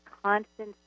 constant